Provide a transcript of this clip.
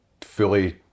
fully